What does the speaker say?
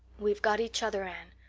we've got each other, anne.